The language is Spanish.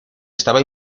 estaba